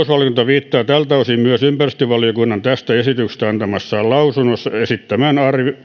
tältä osin myös ympäristövaliokunnan tästä esityksestä antamassa lausunnossa esittämään